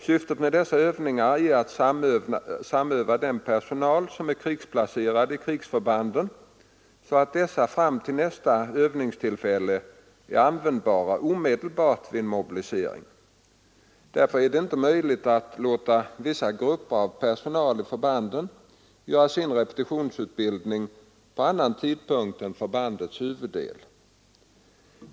Syftet med sådana övningar är att samöva den personal som är krigsplacerad i krigsförbanden så att dessa fram till nästa övningstillfälle är användbara omedelbart vid en mobilisering. Därför är det inte möjligt att låta vissa grupper av personalen i förbandet göra sin repetitionsutbildning på annan tidpunkt än förbandets huvuddel.